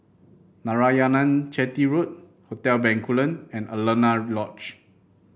Narayanan Chetty Road Hotel Bencoolen and Alaunia Lodge